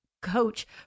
coach